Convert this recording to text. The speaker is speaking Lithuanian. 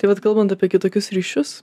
tai vat kalbant apie kitokius ryšius